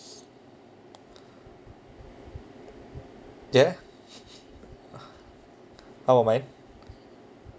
ya how my mind